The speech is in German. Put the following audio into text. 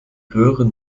röhren